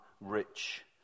rich